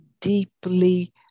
deeply